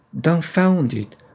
dumbfounded